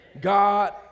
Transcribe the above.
God